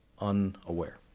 unaware